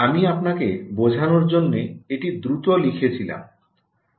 আমি আপনাকে বোঝানোর জন্য এটি দ্রুত লিখেছিলাম